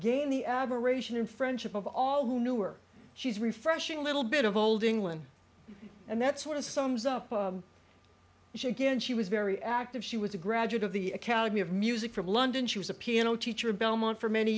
gain the admiration and friendship of all who knew or she's refreshing a little bit of old england and that sort of sums up she again she was very active she was a graduate of the academy of music from london she was a piano teacher in belmont for many